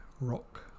rock